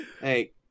Hey